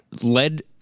led